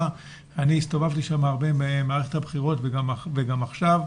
אני הסתובבתי שם הרבה במערכת הבחירות וגם עכשיו.